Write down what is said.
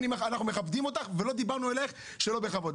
אנחנו מכבדים אותך ולא דיברנו אליך שלא בכבוד.